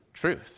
truth